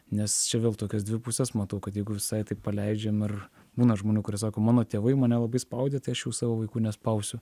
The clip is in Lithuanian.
nes čia vėl tokios dvipusės matau kad jeigu visai tai paleidžiam ir būna žmonių kurie sako mano tėvai mane labai spaudė tai aš jau savo vaikų nespausiu